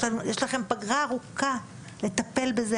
יש לכם פגרה ארוכה לטפל בזה.